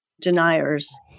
deniers